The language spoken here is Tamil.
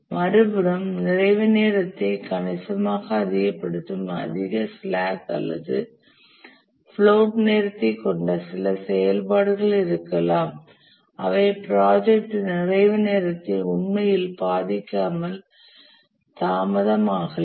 மறுபுறம் நிறைவு நேரத்தை கணிசமாக அதிகப்படுத்தும் அதிக ஸ்லாக் அல்லது பிளோட் நேரத்தைக் கொண்ட சில செயல்பாடுகள் இருக்கலாம் அவை ப்ராஜெக்டின் நிறைவு நேரத்தை உண்மையில் பாதிக்காமல் தாமதமாகலாம்